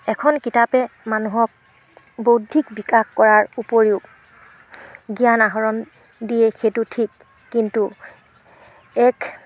এখন কিতাপে মানুহক বৌদ্ধিক বিকাশ কৰাৰ উপৰিও জ্ঞান আহৰণ দিয়ে সেইটো ঠিক কিন্তু এক